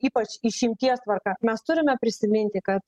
ypač išimties tvarka mes turime prisiminti kad